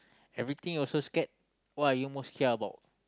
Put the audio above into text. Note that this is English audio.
everything also scared what are you most scared about